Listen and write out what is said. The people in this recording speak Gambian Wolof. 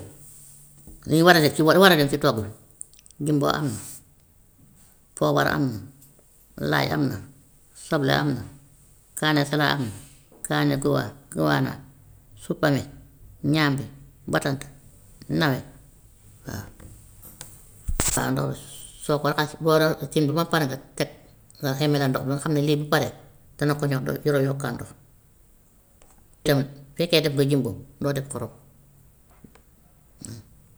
li war a def si wa- war a dem si togg jumbo am na, poobar am na, laaj am na, soble am na kaane salaad am na, kaane goa- goana, supame, ñàmbi, bantanta, nawe waa. Faaw nga so- soo ko raxas boo ra- cin bi ba pare nga teg, nga xemale ndox bi ba nga xam ne lii bu paree dana ko ñor, doo jar a yokkaat ndox fekkee def nga jumbo, noo def xorom.